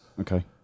okay